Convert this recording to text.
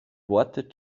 worte